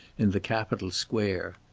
in the capitol square.